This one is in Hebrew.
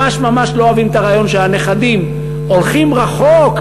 ממש ממש לא אוהבים את הרעיון שהנכדים הולכים רחוק,